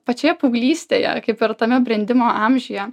pačioje paauglystėje kaip ir tame brendimo amžiuje